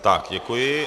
Tak, děkuji.